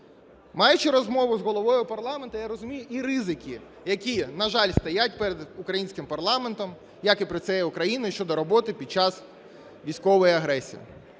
Маючи розмову з головою парламенту, я розумію і ризики, які, на жаль, стоять перед українським парламентом, як і перед всією Україною, щодо роботи під час військової агресії.